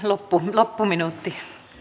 loppuminuutti